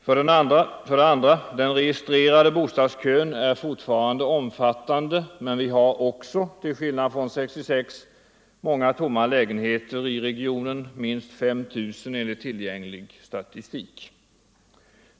För det andra är den registrerade bostadskön fortfarande omfattande, men vi har också — till skillnad från 1966 - många tomma lägenheter i regionen; minst 5 000 enligt tillgänglig statistik.